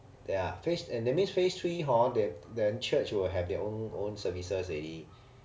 ya phase that means phase three hor the the church you will have their own own services already